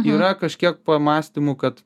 yra kažkiek pamąstymų kad